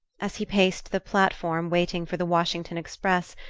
as he paced the platform, waiting for the washington express,